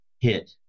hit